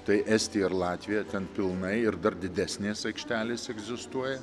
tai estija ir latvija ten pilnai ir dar didesnės aikštelės egzistuoja